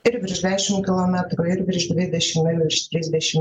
ir virš dešimt kilometrų ir virš dvidešimt ir virš trisdešimt